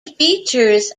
features